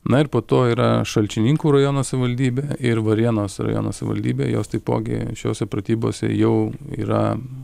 na ir po to yra šalčininkų rajono savivaldybė ir varėnos rajono savivaldybė jos taipogi šiose pratybose jau yra